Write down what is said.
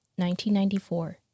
1994